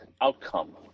outcome